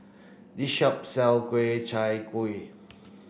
this shop sell Ku Chai Kueh